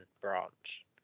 branch